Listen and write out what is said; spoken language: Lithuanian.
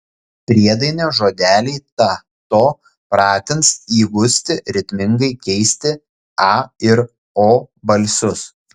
priedainio žodeliai ta to pratins įgusti ritmingai keisti a ir o balsius